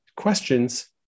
questions